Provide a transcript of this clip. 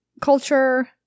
culture